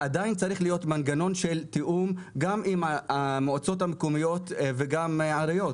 עדיין צריך להיות מנגנון של תיאום גם עם המועצות המקומיות וגם העיריות.